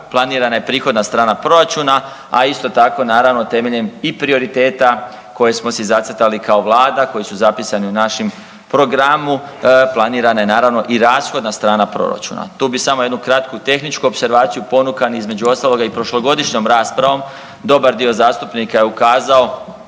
planirana je prihodna strana proračuna, a isto tako naravno temeljem i prioriteta koje smo si zacrtali kao vlada, koji su zapisani u našem programu planirana je naravno i rashodna strana proračuna. Tu bi samo jednu kratku tehničku opservaciju ponukan između ostaloga i prošlogodišnjom raspravom dobar dio zastupnika je ukazao